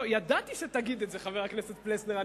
ידעתי שתגיד את זה, חבר הכנסת פלסנר.